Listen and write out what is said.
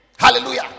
Hallelujah